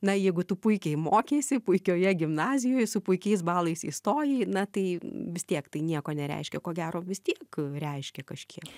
na jeigu tu puikiai mokeisi puikioje gimnazijoje su puikiais balais įstojai na tai vis tiek tai nieko nereiškia ko gero vis tiek reiškia kažkiek